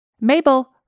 Mabel